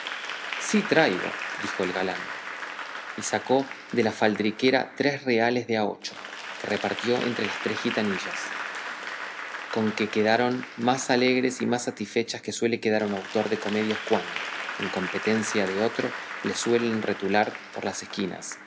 sí traigo dijo el galán y sacó de la faldriquera tres reales de a ocho que repartió entre las tres gitanillas con que quedaron más alegres y más satisfechas que suele quedar un autor de comedias cuando en competencia de otro le suelen retular por la esquinas